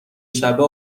شبه